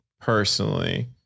personally